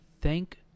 thank